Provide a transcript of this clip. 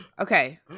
okay